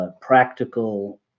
practical